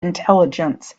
intelligence